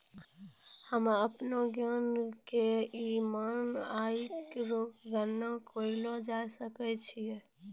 हम्म अपनो ऋण के ई.एम.आई रो गणना करैलै चाहै छियै